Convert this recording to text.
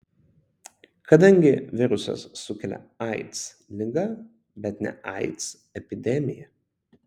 kadangi virusas sukelia aids ligą bet ne aids epidemiją